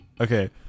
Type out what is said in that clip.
okay